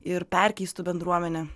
ir perkeistų bendruomenę